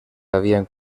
havien